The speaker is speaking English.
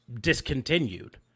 discontinued